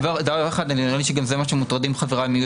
יש דבר אחד שנראה לי שמזה מוטרדים חבריי.